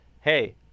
hey